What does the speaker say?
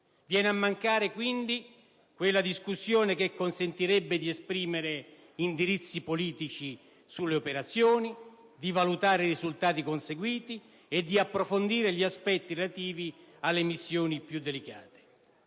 quindi a mancare quella discussione che consentirebbe di esprimere indirizzi politici sulle operazioni, di valutare i risultati conseguiti e di approfondire gli aspetti relativi alle missioni più delicate.